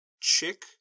Chick